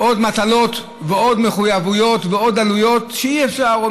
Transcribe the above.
עוד מטלות ועוד מחויבויות ועוד עלויות אי-אפשריות.